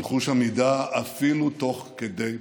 של חוש המידה, אפילו תוך כדי פולמוס.